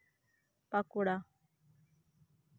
Bankura